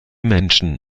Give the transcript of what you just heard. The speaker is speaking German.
menschen